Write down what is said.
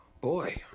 Boy